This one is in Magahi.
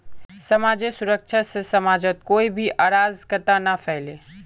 समाजेर सुरक्षा से समाजत कोई भी अराजकता ना फैले